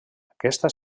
aquesta